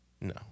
No